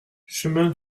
chemin